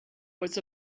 was